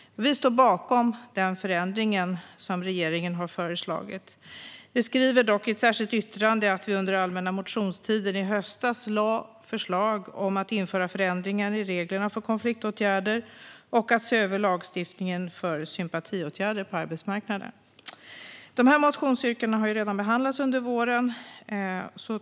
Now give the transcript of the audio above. Vi står bakom den förändring som regeringen föreslår. Vi skriver dock i ett särskilt yttrande att vi under allmänna motionstiden i höstas lade fram förslag om att införa förändringar i reglerna för konfliktåtgärder och se över lagstiftningen om sympatiåtgärder på arbetsmarknaden. Dessa motionsyrkanden har redan behandlats under våren.